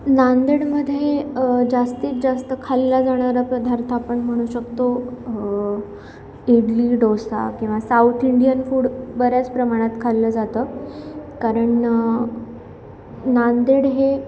नांदेडमध्ये जास्तीत जास्त खाल्ला जाणारा पदार्थ आपण म्हणू शकतो इडली डोसा किंवा साऊथ इंडियन फूड बऱ्याच प्रमाणात खाल्लं जातं कारण नांदेड हे